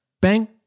Bang